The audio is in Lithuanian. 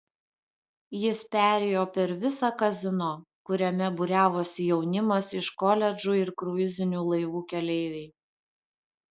jis perėjo per visą kazino kuriame būriavosi jaunimas iš koledžų ir kruizinių laivų keleiviai